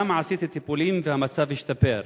שם עשיתי טיפולים, והמצב השתפר.